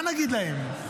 מה נגיד להם?